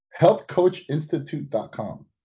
healthcoachinstitute.com